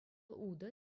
утӑ